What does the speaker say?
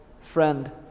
friend